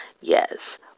yes